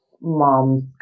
moms